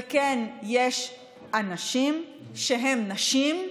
וכן, יש אנשים שהם נשים,